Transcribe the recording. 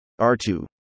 R2